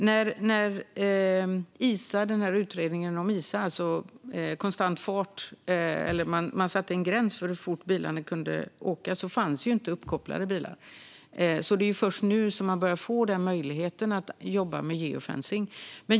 När man gjorde utredningen om ISA - alltså konstant fart, där man satte en gräns för hur fort bilarna kunde åka - fanns inga uppkopplade bilar. Det är först nu som man börjar få möjligheten att jobba med geofencing.